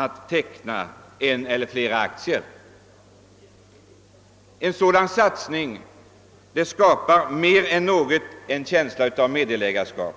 att de tecknar en eller flera aktier i något av dessa företag. En sådan satsning skapar mer än något annat en känsla av meddelägarskap.